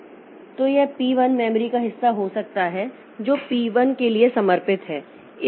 तो यह P 1 memory का हिस्सा हो सकता है जो पी 1 के लिए समर्पित है